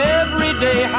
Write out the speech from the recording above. everyday